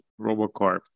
RoboCorp